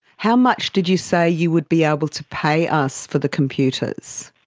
how much did you say you would be able to pay us for the computers?